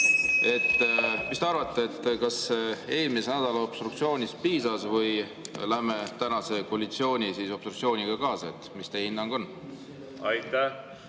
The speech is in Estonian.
Mis te arvate, kas eelmise nädala obstruktsioonist piisas või läheme tänase koalitsiooni obstruktsiooniga kaasa? Mis teie hinnang on? Aitäh!